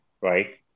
right